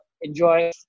enjoy